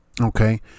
okay